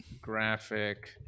Graphic